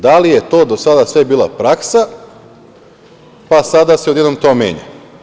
Da li je to do sada sve bilo praksa pa sada se odjednom to menja?